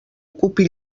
ocupi